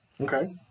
Okay